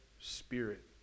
Spirit